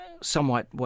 somewhat